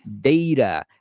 data